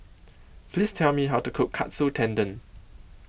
Please Tell Me How to Cook Katsu Tendon